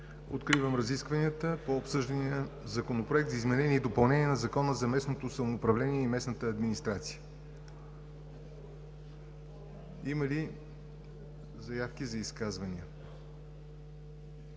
Откривам разискванията по обсъждания Законопроект за изменение и допълнение на Закона за местното самоуправление и местната администрация. Има ли заявки за изказвания?